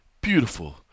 beautiful